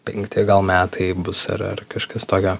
penkti metai bus ar ar kažkas tokio